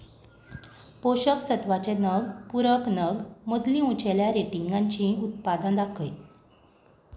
पोशक सत्वाचे नग पुरक नग मदलीं उंचेल्या रेटिंगांची उत्पादन दाखय